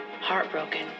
heartbroken